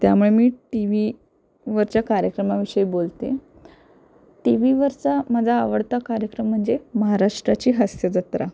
त्यामुळे मी टी व्हीवरच्या कार्यक्रमाविषयी बोलते टी व्हीवरचा माझा आवडता कार्यक्रम म्हणजे महाराष्ट्राची हस्यजत्रा